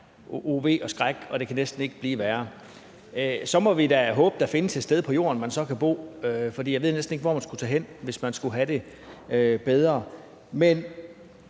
ve og skræk, og at det næsten ikke kan blive værre. Så må vi da håbe, at der findes et sted på Jorden, hvor man så kan bo, for jeg ved næsten ikke, hvor man skulle tage hen, hvis man skulle have det bedre. Men